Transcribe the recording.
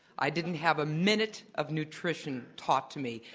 i didn't have a minute of nutrition taught to me.